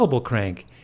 crank